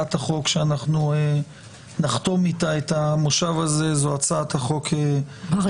שהצעת החוק שאנחנו נחתום איתה את המושב הזה היא הצעת החוק שלך,